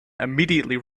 immediately